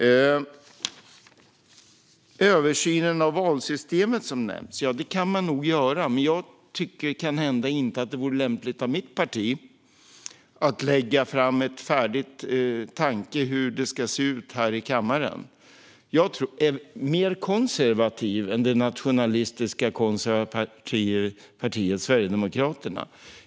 När det gäller översynen av valsystemet som nämns kan man nog göra en sådan, men det vore kanhända inte lämpligt av mitt parti att lägga fram en färdig tanke om hur det ska se ut här i kammaren. Jag är mer konservativ än det nationalistiska konservativa partiet Sverigedemokraterna.